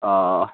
অঁ